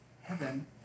heaven